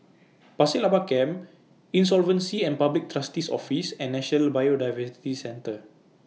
Pasir Laba Camp Insolvency and Public Trustee's Office and National Biodiversity Centre